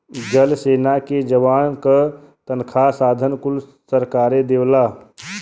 जल सेना के जवान क तनखा साधन कुल सरकारे देवला